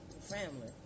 family